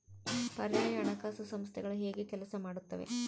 ಪರ್ಯಾಯ ಹಣಕಾಸು ಸಂಸ್ಥೆಗಳು ಹೇಗೆ ಕೆಲಸ ಮಾಡುತ್ತವೆ?